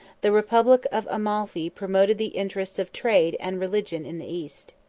the republic of amalphi promoted the interest of trade and religion in the east.